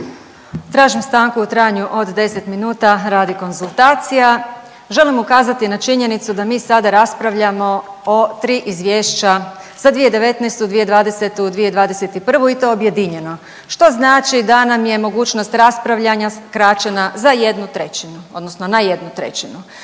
Tražim stanku u trajanju od 10 minuta radi konzultacija. Želim ukazati na činjenicu da mi sada raspravljamo o tri izvješća za 2019., 2020. i 2021. i to objedinjeno. Što znači da nam je mogućnost raspravljanja skraćena za jednu trećinu, odnosno na jednu trećinu.